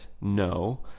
no